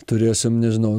turėsim nežinau